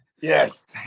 Yes